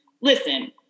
Listen